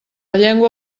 llengua